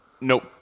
Nope